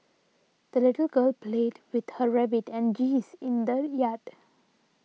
the little girl played with her rabbit and geese in the yard